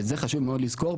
ואת זה חשוב לזכור,